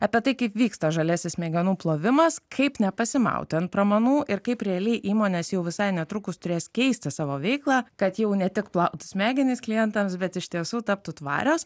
apie tai kaip vyksta žaliasis smegenų plovimas kaip nepasimauti ant pramanų ir kaip realiai įmonės jau visai netrukus turės keisti savo veiklą kad jau ne tik plautų smegenis klientams bet iš tiesų taptų tvarios